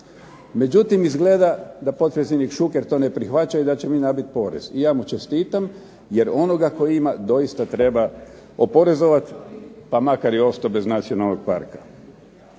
Međutim, izgleda da potpredsjednik Šuker to ne prihvaća i da će mi nabit porez. I ja mu čestitam, jer onoga tko ima doista treba oporezovati, pa makar i ostao bez nacionalnog parka.